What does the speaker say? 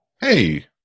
hey